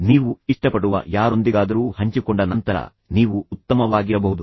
ಆದ್ದರಿಂದ ನೀವು ಇಷ್ಟಪಡುವ ಯಾರೊಂದಿಗಾದರೂ ಹಂಚಿಕೊಂಡ ನಂತರ ನೀವು ಉತ್ತಮವಾಗಿರಬಹುದು